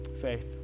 faith